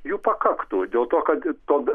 jų pakaktų dėl to kad tad